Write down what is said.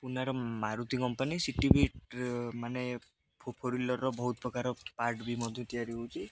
ପୁନାର Maruti company ସେଠିବି ମାନେ four wheeler ବହୁତ ପ୍ରକାର ପାର୍ଟ ବି ମଧ୍ୟ ତିଆରି ହେଉଛି